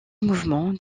mouvement